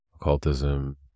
occultism